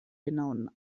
genauen